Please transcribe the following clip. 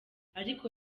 ariko